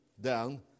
down